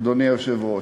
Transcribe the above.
אדוני היושב-ראש: